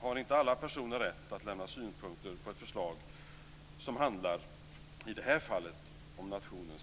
Har inte alla personer rätt att lämna synpunkter på ett förslag som handlar om nationens säkerhet, som i detta fall?